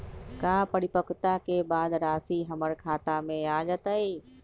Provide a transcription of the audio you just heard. का परिपक्वता के बाद राशि हमर खाता में आ जतई?